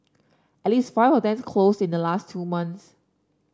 at least five of them closed in the last two months